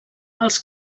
els